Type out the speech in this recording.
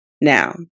Now